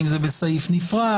האם זה בסעיף נפרד.